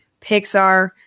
Pixar